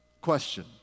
question